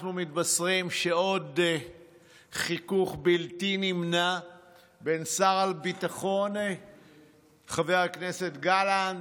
אנחנו מתבשרים על עוד חיכוך בלתי נמנע בין שר הביטחון חבר הכנסת גלנט,